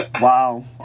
Wow